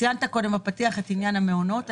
ציינת קודם בפתיח את עניין המעונות.